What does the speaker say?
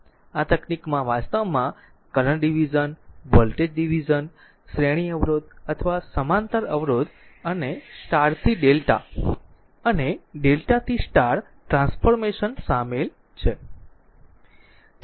આ તકનીકમાં વાસ્તવમાં કરંટ ડિવિઝન વોલ્ટેજ ડિવિઝન શ્રેણી અવરોધ અથવા સમાંતર અવરોધ અને સ્ટારથી ડેલ્ટા અને ડેલ્ટાથી સ્ટાર ટ્રાન્સફોર્મેશન શામેલ છે